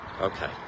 okay